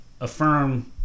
affirm